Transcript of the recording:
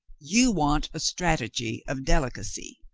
you want a strategy of delicacy,